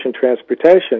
transportation